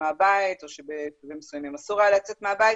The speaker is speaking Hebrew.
מהבית או שבמקרים מסוימים היה אסור להם לצאת מהבית,